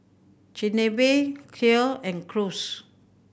Chigenabe Kheer and Gyros